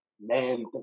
man